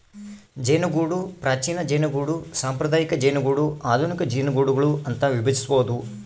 ಜೇನುಗೂಡು ಪ್ರಾಚೀನ ಜೇನುಗೂಡು ಸಾಂಪ್ರದಾಯಿಕ ಜೇನುಗೂಡು ಆಧುನಿಕ ಜೇನುಗೂಡುಗಳು ಅಂತ ವಿಭಜಿಸ್ಬೋದು